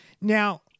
Now